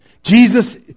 Jesus